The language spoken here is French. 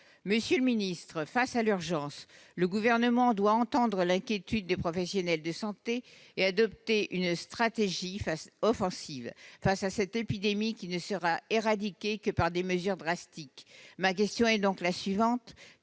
Monsieur le ministre, face à l'urgence, le Gouvernement doit entendre l'inquiétude des professionnels de santé et adopter une stratégie offensive ; cette épidémie ne sera éradiquée que par des mesures drastiques. Ma question est donc la suivante